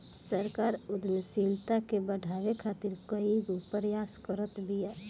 सरकार उद्यमशीलता के बढ़ावे खातीर कईगो प्रयास करत बिया